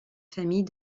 famille